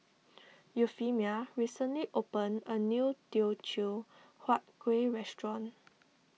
Euphemia recently opened a new Teochew Huat Kueh restaurant